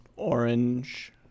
Orange